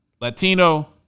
Latino